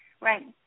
Right